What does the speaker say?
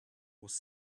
was